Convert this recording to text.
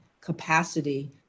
capacity